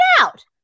out